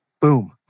boom